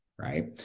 right